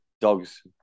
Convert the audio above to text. Dogs